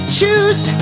choose